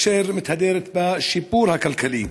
אשר מתהדרת בשיפור הכלכלי.